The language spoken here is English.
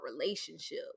relationship